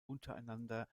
untereinander